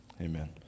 amen